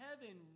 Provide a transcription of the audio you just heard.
heaven